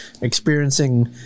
experiencing